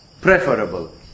preferable